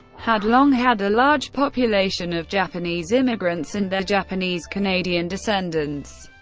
had long had a large population of japanese immigrants and their japanese canadian descendants.